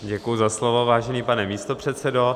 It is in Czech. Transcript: Děkuji za slovo, vážený pane místopředsedo.